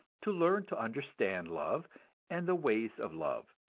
to learn to understand love and the ways of love,